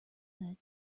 that